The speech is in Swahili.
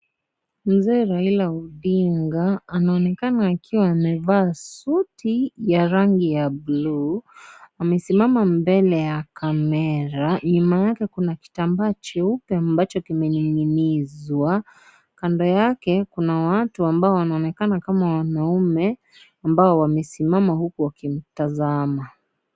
Mzee Raila Odinga anaonekana akiwa amevaa suti ya rangi ya bluu , amesimama mbele ya kamera nyuma yake kuna kitambaa jeupe ambacho kimeninginizwa, kando yake kuna watu ambao wanaonekana kama wanaume ambao wamesimama huku wakimtazama.